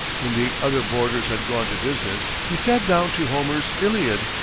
when the other boarders had gone to business, he sat down to homer's iliad,